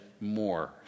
more